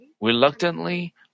reluctantly